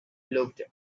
looked